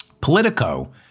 Politico